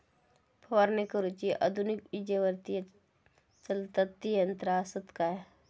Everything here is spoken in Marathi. फवारणी करुची आधुनिक विजेवरती चलतत ती यंत्रा आसत काय?